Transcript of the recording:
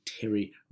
Terry